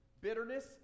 Bitterness